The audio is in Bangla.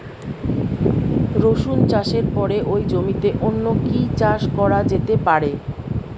রসুন চাষের পরে ওই জমিতে অন্য কি চাষ করা যেতে পারে?